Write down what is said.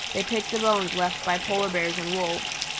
they pick the bones left by polar bears and wolves.